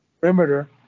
perimeter